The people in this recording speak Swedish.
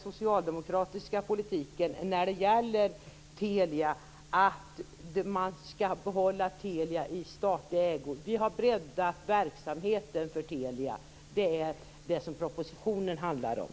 Telia är att man skall behålla Telia i statlig ägo. Vi har breddat verksamheten för Telia. Det är det som propositionen handlar om.